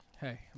hey